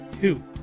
two